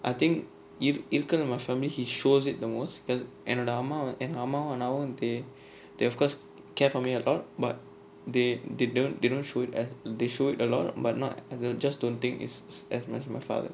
I think if இருக்கிற:irukkira my family he shows it the most and என்னோட அம்மா எங்க அம்மாவும் அண்ணாவும் வந்து:ennoda amma enga ammavum annavum vanthu they of course care for me a lot but they don't don't show it as they showed a lot but not I just don't think it's as much my father